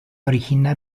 original